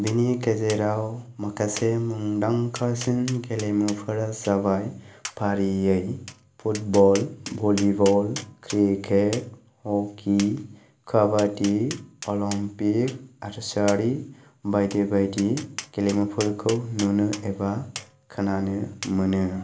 बेनि गेजेराव माखासे मुंदांखासिन गेलेमुफोरा जाबाय फारियै football volleyball cricket hockey kabaddi Olympic आर्सारि बायदि बायदि गेलेमुफोरखौ नुनो एबा खोनानो मोनो